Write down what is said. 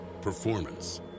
performance